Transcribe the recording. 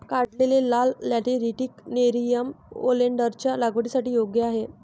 काढलेले लाल lateritic nerium ओलेन्डरच्या लागवडीसाठी योग्य आहे